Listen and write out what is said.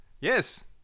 Yes